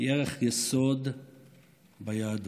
היא ערך יסוד ביהדות.